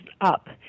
up